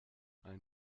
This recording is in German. ein